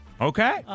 Okay